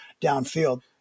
downfield